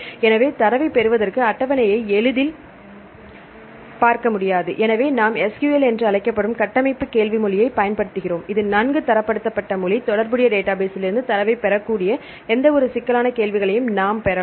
எனவே தரவை பெறுவதற்கு அட்டவணையை எளிதில் பார்க்க முடியாது எனவே நாம் SQL என அழைக்கப்படும் கட்டமைப்பு கேள்வி மொழியைப் பயன்படுத்துகிறோம் இது நன்கு தரப்படுத்தப்பட்ட மொழி தொடர்புடைய டேட்டாபேஸ்லிருந்து தரவைப் பெறக்கூடிய எந்தவொரு சிக்கலான கேள்விகளையும் நாம் பெறலாம்